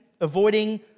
avoiding